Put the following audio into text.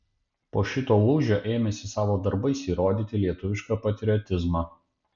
po šito lūžio ėmėsi savo darbais įrodyti lietuvišką patriotizmą